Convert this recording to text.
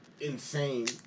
insane